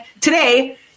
today